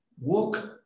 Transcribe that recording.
Walk